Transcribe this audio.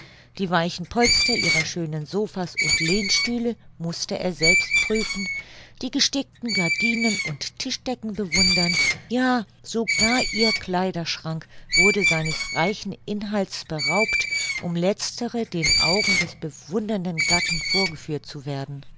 die weichen polster ihrer schönen sopha's und lehnstühle mußte er selbst prüfen die gestickten gardinen und tischdecken bewundern ja sogar ihr kleiderschrank wurde seines reichen inhalts beraubt um letztere den augen des bewundernden gatten vorgeführt zu werden